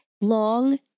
long